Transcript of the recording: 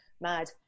mad